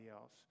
else